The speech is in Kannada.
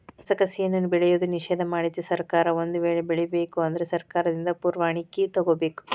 ಕಸಕಸಿಯನ್ನಾ ಬೆಳೆಯುವುದು ನಿಷೇಧ ಮಾಡೆತಿ ಸರ್ಕಾರ ಒಂದ ವೇಳೆ ಬೆಳಿಬೇಕ ಅಂದ್ರ ಸರ್ಕಾರದಿಂದ ಪರ್ವಾಣಿಕಿ ತೊಗೊಬೇಕ